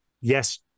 Yes